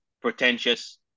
pretentious